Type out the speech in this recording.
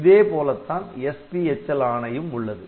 இதேபோலத்தான் SPHL ஆணையும் உள்ளது